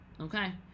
Okay